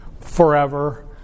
forever